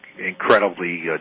incredibly